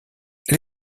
elle